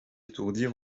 étourdis